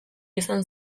izan